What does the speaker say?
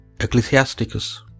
Ecclesiasticus